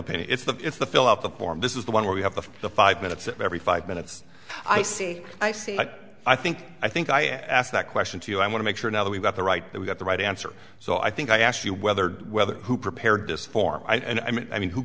opinion it's the it's the fill up the form this is the one where you have the five minutes every five minutes i see i see what i think i think i asked that question to you i want to make sure now that we've got the right that we got the right answer so i think i asked you whether whether who prepared this form i mean who